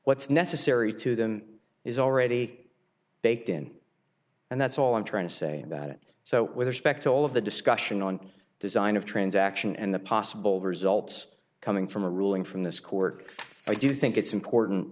what's necessary to them is already baked in and that's all i'm trying to say about it so with respect to all of the discussion on design of transaction and the possible results coming from a ruling from this court i do think it's important